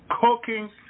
cooking